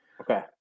Okay